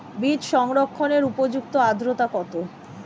বীজ সংরক্ষণের উপযুক্ত আদ্রতা কত?